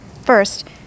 First